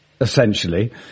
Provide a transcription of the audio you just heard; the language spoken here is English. Essentially